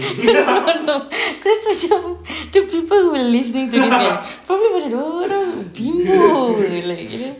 no no cause macam the people who listening to this probably dorang biol like you know